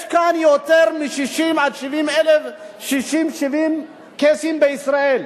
יש כאן יותר מ-60 70 קייסים, בישראל.